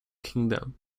kingdom